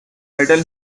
medal